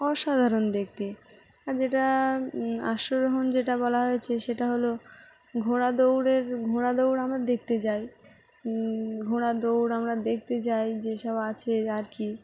অসাধারণ দেখতে আর যেটা আশ্বরোহণ যেটা বলা হয়েছে সেটা হলো ঘোড়া দৌড়ের ঘোড়া দৌড় আমরা দেখতে যাই ঘোড়া দৌড় আমরা দেখতে যাই যেসব আছে আর কি